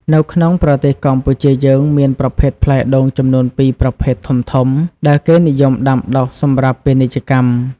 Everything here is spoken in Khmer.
នៅក្នុងប្រទេសកម្ពុជាយើងមានប្រភេទផ្លែដូងចំនួន ២ ប្រភេទ ធំៗដែលគេនិយមដាំដុះសម្រាប់ពាណិជ្ជកម្ម